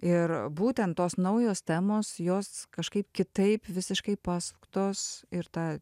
ir būtent tos naujos temos jos kažkaip kitaip visiškai pasuktos ir ta